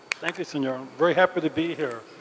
thank you, senor very happy to be here.